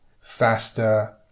faster